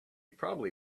probably